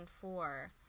four